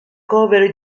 cover